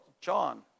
John